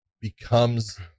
becomes